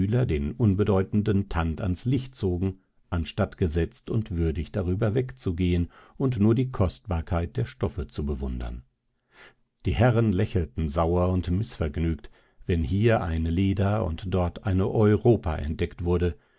den unbedeutenden tand ans licht zogen anstatt gesetzt und würdig darüber wegzugehen und nur die kostbarkeit der stoffe zu bewundern die herren lächelten sauer und mißvergnügt wenn hier eine leda und dort eine europa entdeckt wurde